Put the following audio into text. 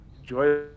Enjoy